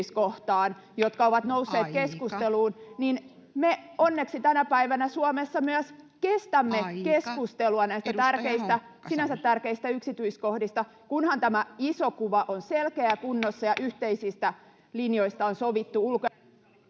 jotka ovat nousseet keskusteluun, [Puhemies: Aika!] niin me onneksi tänä päivänä Suomessa myös kestämme keskustelua [Puhemies: Aika!] näistä sinänsä tärkeistä yksityiskohdista, kunhan tämä iso kuva on selkeä ja kunnossa ja yhteisistä linjoista on sovittu…